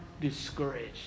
discouraged